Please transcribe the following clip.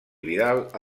vidal